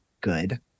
good